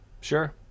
Sure